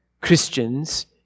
Christians